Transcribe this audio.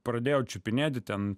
pradėjo čiupinėti ten